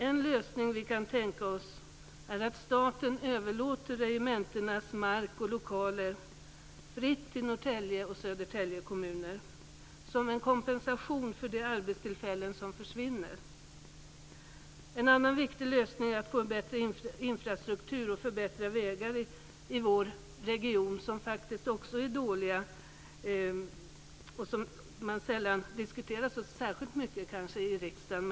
En lösning vi kan tänka oss är att staten överlåter regementenas mark och lokaler fritt till Norrtälje och Södertälje kommuner, som en kompensation för de arbetstillfällen som försvinner. En annan viktig lösning är att få en bättre infrastruktur och förbättrade vägar i vår region. De är faktiskt dåliga, men de diskuteras sällan särskilt mycket i riksdagen.